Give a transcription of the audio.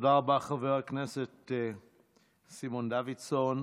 תודה רבה, חבר הכנסת סימון דוידסון.